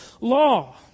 law